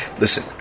Listen